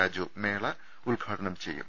രാജു മേള ഉദ്ഘാടനം ചെയ്യും